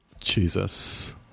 jesus